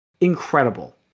incredible